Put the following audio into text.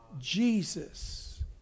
Jesus